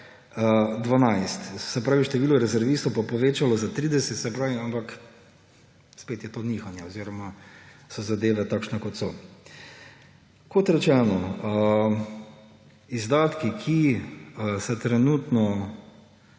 12, število rezervistov pa povečalo za 30, ampak spet je to nihanje oziroma so zadeve takšne, kot so. Kot rečeno, izdatki, ki se trenutno